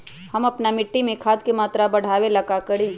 हम अपना मिट्टी में खाद के मात्रा बढ़ा वे ला का करी?